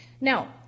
Now